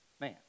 man